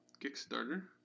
Kickstarter